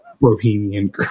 Bohemian